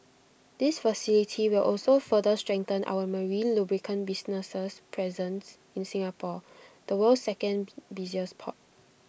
this facility will also further strengthen our marine lubricant business's presence in Singapore the world's second busiest port